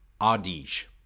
Adige